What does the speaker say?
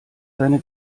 seine